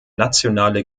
nationale